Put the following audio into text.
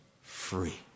free